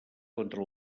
contra